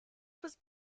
was